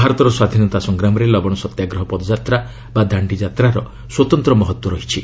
ଭାରତର ସ୍ୱାଧୀନତା ସଂଗ୍ରାମରେ ଲବଣ ସତ୍ୟାଗ୍ରହ ପଦଯାତ୍ରା ବା ଦାଣ୍ଡିଯାତ୍ରାର ସ୍ୱତନ୍ତ୍ର ମହତ୍ୱ ରହିଛି